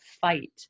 fight